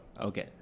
Okay